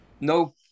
No –